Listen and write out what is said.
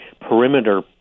perimeter